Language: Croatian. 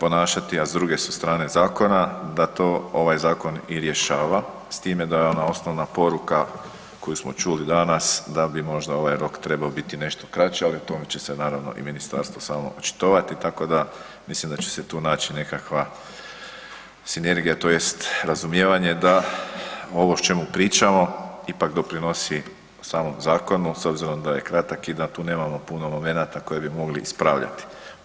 ponašati, a s druge su strane zakona da to ovaj zakon i rješava s time da je ona osnovna poruka koju smo čuli danas da bi možda ovaj rok trebao biti nešto kraći ali o tome će se naravno i ministarstvo samo očitovati, tako da mislim da će se tu naći nekakva sinergija tj. razumijevanje da ovo o čemu pričamo ipak doprinosi samom zakonu s obzirom da je kratak i da tu nemamo puno momenata koje bi mogli ispravljati.